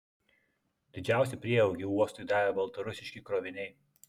didžiausią prieaugį uostui davė baltarusiški kroviniai